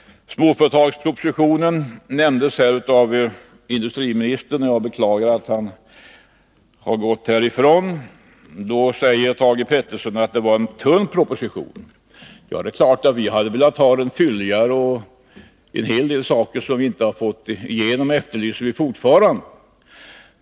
Småföretagspropositionen nämndes av industriministern, och jag beklagar att han har gått härifrån. Thage Peterson säger att det är en tunn proposition. Det är klart att vi också hade velat ha den fylligare, och det är en hel del som vi inte har fått igenom som vi fortfarande efterlyser.